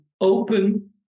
open